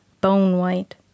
bone-white